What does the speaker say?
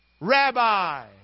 Rabbi